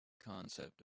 concept